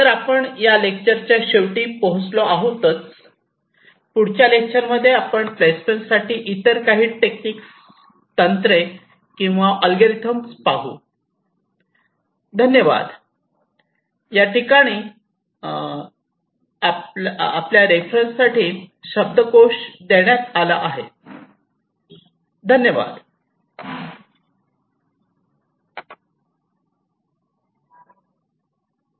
तर आपण या लेक्चरच्या शेवटी पोहोचलो आहोत पुढच्या लेक्चर्समध्ये आपण प्लेसमेंटसाठी इतर काही टेक्निक तंत्रे किंवा ऍलगोरिदम बघू